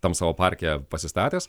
tam savo parke pasistatęs